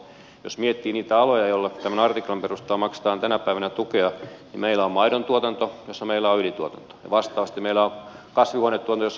jos miettii niitä aloja joille tämän artiklan perusteella maksetaan tänä päivänä tukea niin meillä on maidontuotanto jossa meillä on ylituotantoa ja vastaavasti meillä on kasvihuonetuotanto jossa meillä on alituotantoa